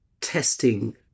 testing